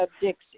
Dixie